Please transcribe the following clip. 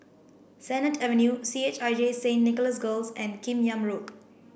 Sennett Avenue C H I J Saint Nicholas Girls and Kim Yam Road